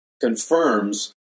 confirms